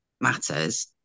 matters